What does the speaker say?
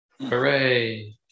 Hooray